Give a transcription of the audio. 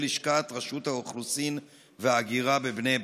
לשכת רשות האוכלוסין וההגירה בבני ברק.